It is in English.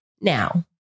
now